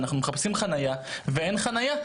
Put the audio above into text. אנחנו מחפשים חניה ואין חניה,